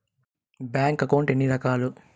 bank account ఎన్ని రకాలు